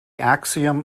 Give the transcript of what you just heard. axiom